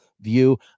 view